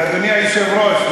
אדוני היושב-ראש,